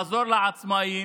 לעזור לעצמאים.